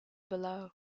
below